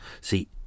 See